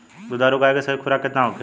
दुधारू गाय के सही खुराक केतना होखे?